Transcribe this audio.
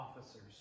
officers